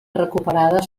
recuperades